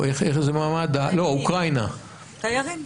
תיירים.